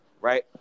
Right